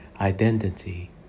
identity